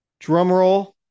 Drumroll